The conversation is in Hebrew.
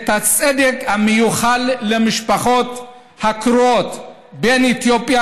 את הצדק המיוחל למשפחות הקרועות בין אתיופיה